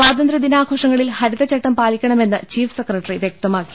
സ്വാതന്ത്രൃ ദിനാഘോഷങ്ങ ളിൽ ഹരിതചട്ടം പാലിക്കണമെന്ന് ചീഫ് സെക്രട്ടറി വ്യക്തമാക്കി